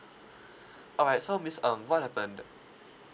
alright so miss ng what happened